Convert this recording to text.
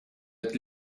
het